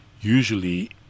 usually